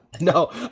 no